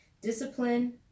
discipline